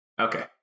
Okay